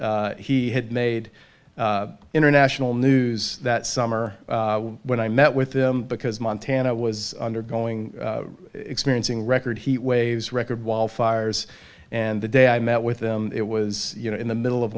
and he had made international news that summer when i met with him because montana was undergoing experiencing record heat waves record wildfires and the day i met with him it was you know in the middle of